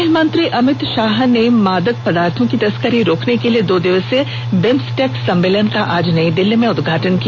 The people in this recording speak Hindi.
गृहमंत्री अभित शाह ने मादक पदार्थों की तस्करी रोकने के लिए दो दिवसीय बिम्सटेक सम्मेलन का आज नई दिल्ली में उद्घाटन किया